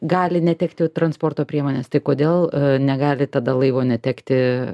gali netekti transporto priemonės tai kodėl negali tada laivo netekti